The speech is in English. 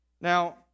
Now